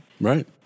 Right